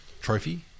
Trophy